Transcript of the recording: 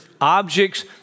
objects